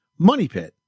MONEYPIT